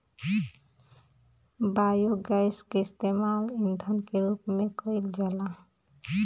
biogas के इस्तेमाल ईधन के रूप में कईल जाला